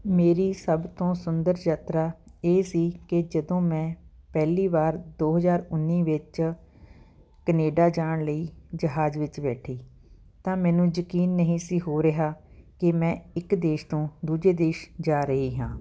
ਮੇਰੀ ਸਭ ਤੋਂ ਸੁੰਦਰ ਯਾਤਰਾ ਇਹ ਸੀ ਕਿ ਜਦੋਂ ਮੈਂ ਪਹਿਲੀ ਵਾਰ ਦੋ ਹਜ਼ਾਰ ਉੱਨੀ ਵਿੱਚ ਕਨੇਡਾ ਜਾਣ ਲਈ ਜਹਾਜ਼ ਵਿੱਚ ਬੈਠੀ ਤਾਂ ਮੈਨੂੰ ਯਕੀਨ ਨਹੀਂ ਸੀ ਹੋ ਰਿਹਾ ਕਿ ਮੈਂ ਇੱਕ ਦੇਸ਼ ਤੋਂ ਦੂਜੇ ਦੇਸ਼ ਜਾ ਰਹੀ ਹਾਂ